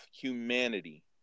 humanity